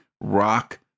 rock